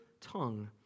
tongue